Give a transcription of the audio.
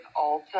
Ulta